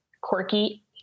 quirky